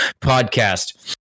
podcast